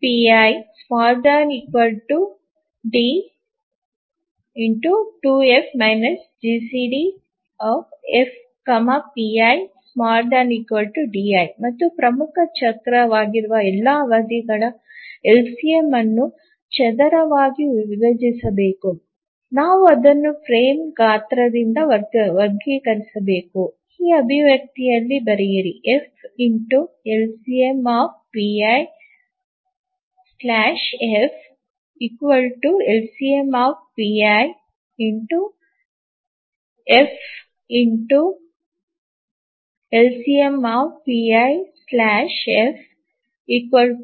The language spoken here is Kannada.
pi ≤ D 2F GCDF pi ≤ di ಮತ್ತು ಪ್ರಮುಖ ಚಕ್ರವಾಗಿರುವ ಎಲ್ಲಾ ಅವಧಿಗಳ ಎಲ್ಸಿಎಂ ಅನ್ನು ಚದರವಾಗಿ ವಿಭಜಿಸಬೇಕು ನಾವು ಅದನ್ನು ಫ್ರೇಮ್ ಗಾತ್ರದಿಂದ ವರ್ಗೀಕರಿಸಬೇಕು ಈ ಅಭಿವ್ಯಕ್ತಿಯಲ್ಲಿ ಬರೆಯಿರಿ f LCM f LCM fLCMf LCM